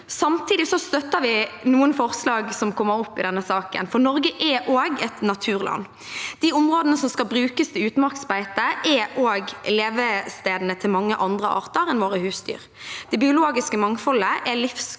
Samtidig støtter vi noen forslag som kommer opp i denne saken, for Norge er også et naturland. De områdene som skal brukes til utmarksbeite, er også levestedene til mange andre arter enn våre husdyr. Det biologiske mangfoldet er livsgrunnlaget